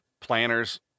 planners